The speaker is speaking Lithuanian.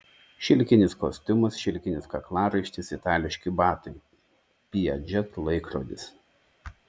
šilkinis kostiumas šilkinis kaklaraištis itališki batai piaget laikrodis